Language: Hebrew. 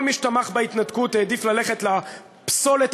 אתה לא היית, אני לא הייתי, חבר הכנסת